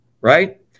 right